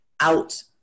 out